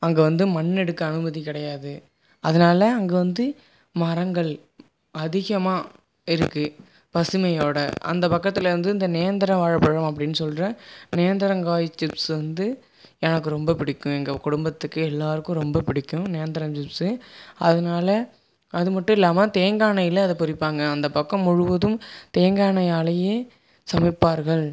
அங்கே வந்து மண்ணெடுக்க அனுமதி கிடையாது அதனால் அங்கே வந்து மரங்கள் அதிகமாக இருக்குது பசுமையோடு அந்த பக்கத்தில் வந்து இந்த நேந்திரம் வாழைப்பழம் அப்படின்னு சொல்கிற நேந்திரங்காய் சிப்ஸு வந்து எனக்கு ரொம்ப பிடிக்கும் எங்கள் குடும்பத்துக்கு எல்லோருக்கும் ரொம்ப பிடிக்கும் நேந்திரம் சிப்ஸு அதனால் அதுமட்டுல்லாமல் தேங்காய் எண்ணெயில் அதை பொரிப்பாங்க அந்த பக்கம் முழுவதும் தேங்காய் எண்ணெயாலையே சமைப்பார்கள்